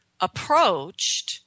approached –